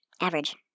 Average